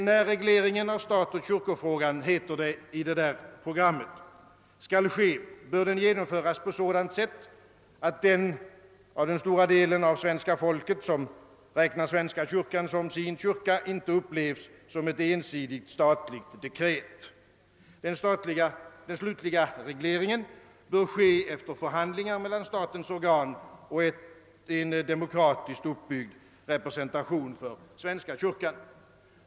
När regleringen av statoch kyrkofrågan skall ske, sägs det där, bör den genomföras på ett sådant sätt, att den av den stora delen av svenska folket, som räknar Svenska kyrkan som sin kyrka, inte upplevs som ett ensidigt statligt dekret. Den slutliga regleringen bör ske efter förhandlingar mellan statens organ och en demokratisk uppbyggd representation för Svenska kyrkan.